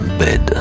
bed